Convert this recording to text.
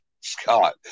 scott